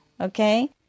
Okay